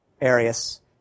Arius